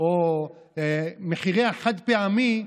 או מחירי החד-פעמי,